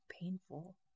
painful